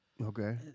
Okay